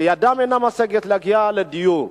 שידם אינה משגת להגיע לדיור.